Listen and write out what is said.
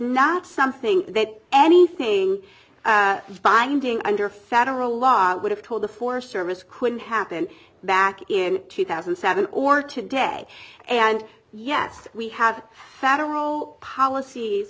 not something that anything is binding under federal law i would have told the forest service couldn't happen back in two thousand and seven or today and yes we have federal policies